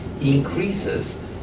increases